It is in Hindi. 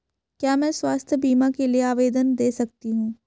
क्या मैं स्वास्थ्य बीमा के लिए आवेदन दे सकती हूँ?